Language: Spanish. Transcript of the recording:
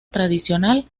tradicional